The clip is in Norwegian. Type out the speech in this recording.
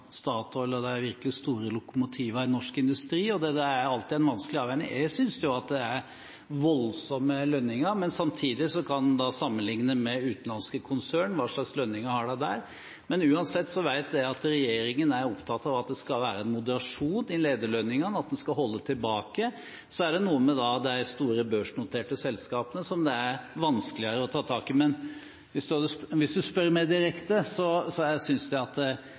de virkelig store lokomotivene i norsk industri, og dette er alltid en vanskelig avveining. Jeg synes det er voldsomme lønninger, men samtidig kan en sammenligne med utenlandske konserner – hva slags lønninger har de der? Uansett vet jeg at regjeringen er opptatt av at det skal være moderasjon i lederlønningene, og at en skal holde tilbake. Det er vanskeligere å ta tak i de store børsnoterte selskapene, men hvis en spør meg direkte, synes jeg at lønningene er voldsomme for enkelte av disse konsernsjefene. Så tilbake til 350-kronersgrensen: Når jeg sa det jeg gjorde, var det fordi jeg vet at